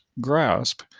grasp